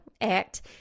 act